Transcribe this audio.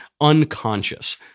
unconscious